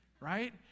right